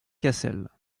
cassel